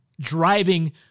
Driving